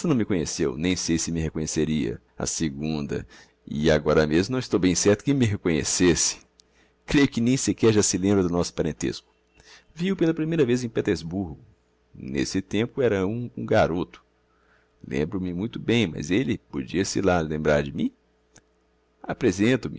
me conheceu nem sei se me reconheceria á segunda e agora mesmo não estou bem certo em que me reconhecesse creio que nem sequer já se lembra do nosso parentesco vi-o pela primeira vez em petersburgo n'esse tempo era eu um garoto lembro-me muito bem mas elle podia-se lá lembrar de mim apresento me